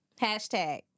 Hashtag